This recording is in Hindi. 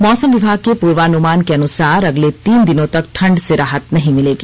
मौसम विभाग के पूर्वानुमान के अनुसार अगले तीन दिनों तक ठंढ से राहत नहीं मिलेगी